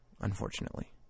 unfortunately